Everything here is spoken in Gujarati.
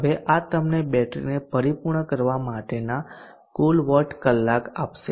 હવે આ તમને બેટરીને પરિપૂર્ણ કરવા માટેના કુલ વોટ કલાક આપશે